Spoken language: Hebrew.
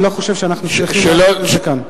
אני לא חושב שאנחנו צריכים לעשות את זה כאן.